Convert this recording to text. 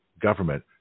government